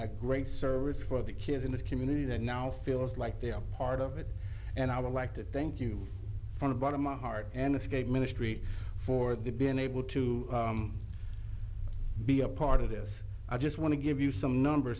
a great service for the kids in this community that now feels like they are part of it and i would like to thank you from the bottom my heart and this gave ministry for the been able to be a part of this i just want to give you some number